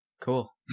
cool